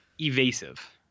evasive